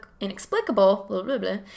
inexplicable